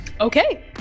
Okay